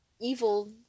evil